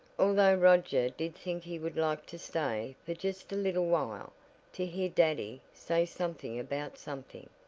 although roger did think he would like to stay for just a little while to hear daddy say something about something.